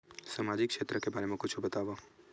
सामजिक क्षेत्र के बारे मा कुछु बतावव?